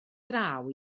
draw